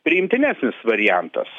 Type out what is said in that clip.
priimtinesnis variantas